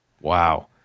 Wow